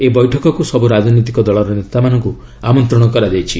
ଏହି ବୈଠକକୁ ସବୁ ରାଜନୈତିକ ଦଳର ନେତାମାନଙ୍କୁ ଆମନ୍ତ୍ରଣ କରାଯାଇଛି